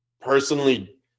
personally